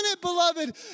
beloved